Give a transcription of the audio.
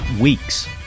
weeks